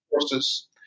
forces